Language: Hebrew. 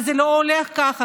לחוק-יסוד: